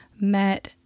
met